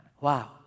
Wow